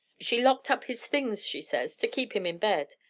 she locked up his things, she says, to keep him in bed.